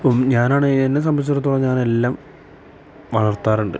ഞാനാണ് എന്നെ സംബന്ധിച്ചെടുത്തോളം ഞാനെല്ലാം വളർത്താറുണ്ട്